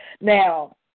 Now